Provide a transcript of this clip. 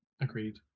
Agreed